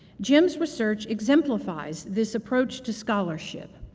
jim's research exemplifies this approach to scholarship.